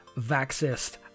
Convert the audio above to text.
Vaxist